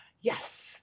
yes